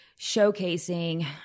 showcasing